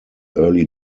early